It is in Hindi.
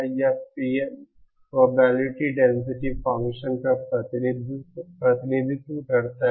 यह PN प्रोबेबिलिटी डेंसिटी फंक्शन का प्रतिनिधित्व करता है